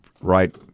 right